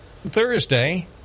Thursday